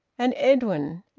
and edwin,